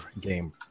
game